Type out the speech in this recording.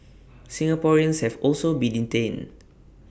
Singaporeans have also been detained